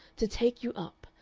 to take you up,